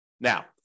Now